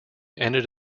ended